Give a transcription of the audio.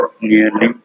nearly